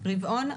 רבעון.